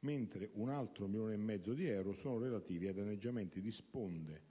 mentre un altro milione e mezzo di euro sono relativi ai danneggiamenti di sponde,